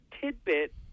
tidbit